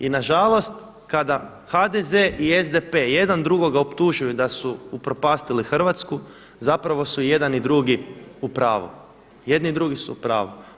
I nažalost, kada HDZ i SDP jedan drugog optužuju da su upropastili Hrvatsku zapravo su jedan i drugi upravu, jedni i drugi su upravu.